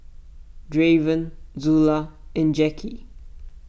Draven Zula and Jackie